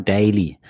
Daily